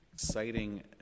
exciting